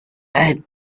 add